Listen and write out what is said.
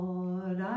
Lord